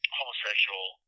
homosexual